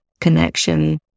connection